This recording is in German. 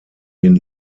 den